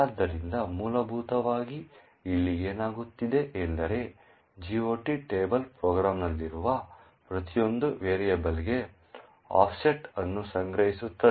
ಆದ್ದರಿಂದ ಮೂಲಭೂತವಾಗಿ ಇಲ್ಲಿ ಏನಾಗುತ್ತಿದೆ ಎಂದರೆ GOT ಟೇಬಲ್ ಪ್ರೋಗ್ರಾಂನಲ್ಲಿರುವ ಪ್ರತಿಯೊಂದು ವೇರಿಯಬಲ್ಗೆ ಆಫ್ಸೆಟ್ ಅನ್ನು ಸಂಗ್ರಹಿಸುತ್ತದೆ